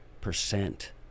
percent